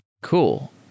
Cool